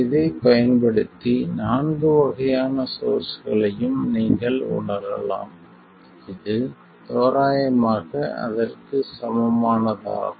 இதைப் பயன்படுத்தி நான்கு வகையான சோர்ஸ்களையும் நீங்கள் உணரலாம் இது தோராயமாக அதற்குச் சமமானதாகும்